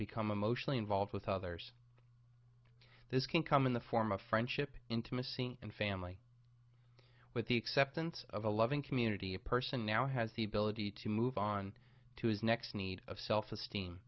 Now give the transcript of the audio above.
become emotionally involved with others this can come in the form of friendship intimacy and family with the acceptance of a loving community a person now has the ability to move on to his next need of self esteem